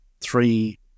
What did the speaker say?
three